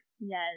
Yes